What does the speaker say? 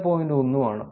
1 ഉം ആണ്